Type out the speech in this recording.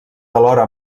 alhora